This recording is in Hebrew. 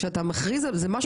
כשאתה מכריז על זה משהו עובדתי.